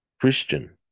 Christian